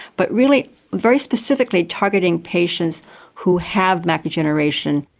but really very specifically targeting patients who have macular degeneration.